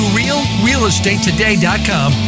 realrealestatetoday.com